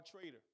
traitor